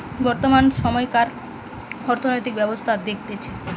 বর্তমান সময়কার অর্থনৈতিক ব্যবস্থা দেখতেছে